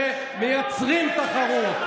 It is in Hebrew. ומייצרים תחרות,